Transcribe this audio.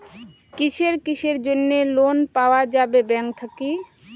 কিসের কিসের জন্যে লোন পাওয়া যাবে ব্যাংক থাকি?